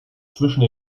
zwischen